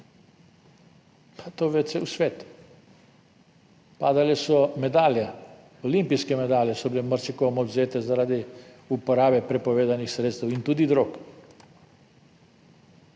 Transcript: Pa to ve cel svet. Padale so medalje, olimpijske medalje so bile marsikomu odvzete zaradi uporabe prepovedanih sredstev in tudi drog.